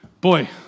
boy